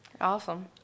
Awesome